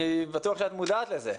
אני בטוח שאת מודעת לזה.